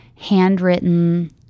handwritten